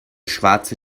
schwarze